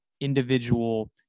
individual